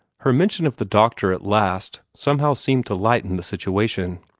her mention of the doctor at last somehow, seemed to lighten the situation.